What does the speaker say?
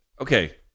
Okay